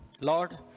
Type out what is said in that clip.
Lord